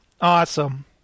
Awesome